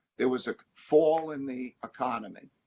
there was a fall in the economy.